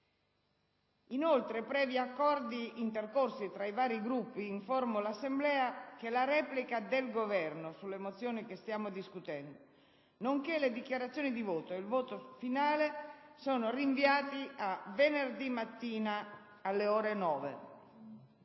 Inoltre, previ accordi intercorsi tra i Gruppi, informo l'Assemblea che la replica del Governo sulle mozioni in discussione, nonché le dichiarazioni di voto e il voto finale sono rinviati a venerdì mattina, alle ore 9.